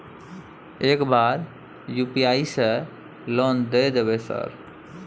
एक बार यु.पी.आई से लोन द देवे सर?